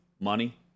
money